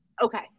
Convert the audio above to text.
Okay